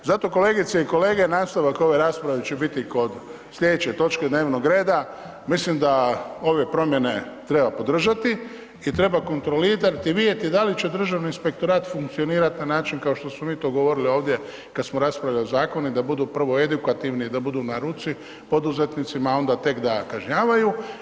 Zato kolegice i kolege nastave ove rasprave će biti kod slijedeće točke dnevnog reda, mislim da ove promjene treba podržati i treba kontrolirati i vidjeti da li će Državni inspektorat funkcionirati na način kao što smo mi to govorili ovdje kad samo raspravljali o zakonu da budu prvo edukativni da budu na ruci poduzetnicima, a onda tek da kažnjavaju.